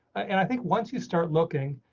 and i think once you start looking.